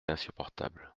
insupportable